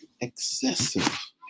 excessive